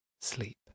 sleep